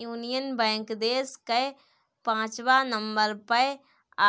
union Bank देस कअ पाचवा नंबर पअ